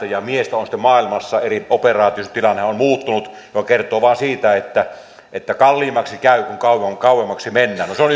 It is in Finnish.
ja miestä oli sitten maailmassa eri operaatioissa tilanne on muuttunut mikä kertoo vain siitä että että kalliimmaksi käy kun kauemmaksi mennään no se on